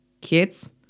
kids